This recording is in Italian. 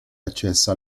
accesso